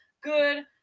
good